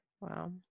Wow